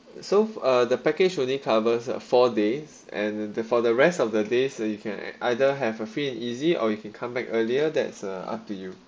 so uh the package only covers uh four days and for the rest of the day so you can either have a free and easy or you can come back earlier that's uh up to you